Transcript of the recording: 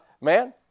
man